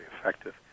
effective